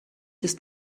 ist